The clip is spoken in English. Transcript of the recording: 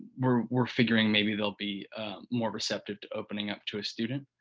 we're we're figuring maybe they'll be more receptive to opening up to a student.